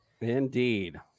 Indeed